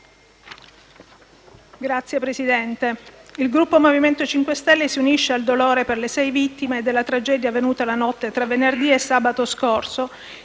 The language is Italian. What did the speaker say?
Signor Presidente, il Gruppo MoVimento 5 Stelle si unisce al dolore per le sei vittime della tragedia avvenuta la notte tra venerdì e sabato scorso